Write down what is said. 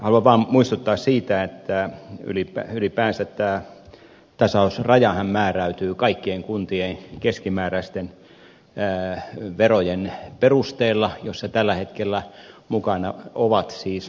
haluan vaan muistuttaa siitä että ylipäänsähän tämä tasausraja määräytyy kaikkien kuntien keskimääräisten verojen perusteella jossa tällä hetkellä mukana ovat siis myöskin kiinteistöverot